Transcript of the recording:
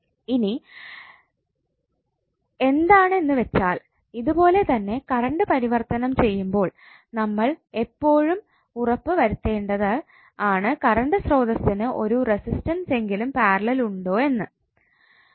ഇനി എന്താണ് എന്ന് വെച്ചാൽ ഇത് പോലെ തന്നെ കറണ്ട് പരിവർത്തനം ചെയുമ്പോൾ നമ്മൾ ഇപ്പോഴും ഉറപ്പ് വരുത്തേണ്ടത് ആണ് കറണ്ട് സ്രോതസിനു ഒരു റെസിസ്റ്റൻസ് എങ്കിലും പാരലൽ ഉണ്ടോ എന്നത്